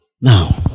now